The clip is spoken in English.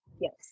Yes